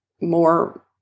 more